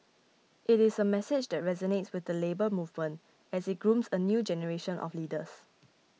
it is a message that resonates with the Labour Movement as it grooms a new generation of leaders